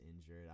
injured